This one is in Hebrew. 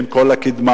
עם כל הקִדמה,